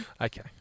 Okay